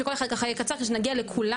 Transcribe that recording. אני שכל אחד ככה יקצר כדי שנגיע לכולם,